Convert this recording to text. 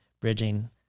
bridging